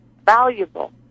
Valuable